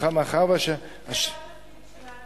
לא התפקיד שלנו.